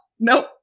nope